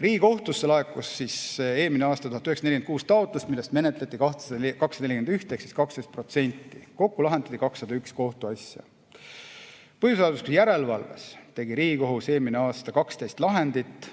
Riigikohtusse laekus eelmine aasta 1946 taotlust, millest menetleti 241 ehk 12%. Kokku lahendati 201 kohtuasja. Põhiseaduslikkuse järelevalves tegi Riigikohus eelmine aasta 12 lahendit.